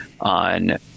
on